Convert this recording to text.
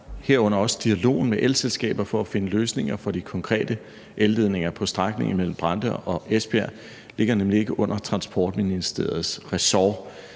herunder også dialogen med elselskaber for at finde løsninger, hvad angår de konkrete elledninger på strækningen mellem Brande og Esbjerg, ligger nemlig ikke under Transportministeriets ressort,